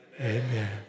Amen